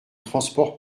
transport